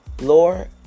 Lord